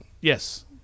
Yes